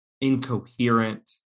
incoherent